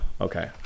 okay